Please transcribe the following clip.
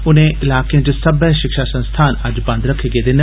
इनें इलाकें च सब्बै शिक्षा संस्थान अज्ज बंद रखे गेदे न